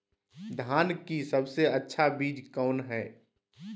धान की सबसे अच्छा बीज कौन है?